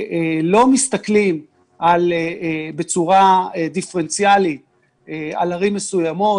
לא מסתכלים בצורה דיפרנציאלית על ערים מסוימות.